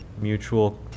mutual